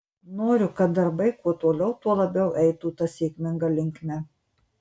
noriu kad darbai kuo toliau tuo labiau eitų ta sėkminga linkme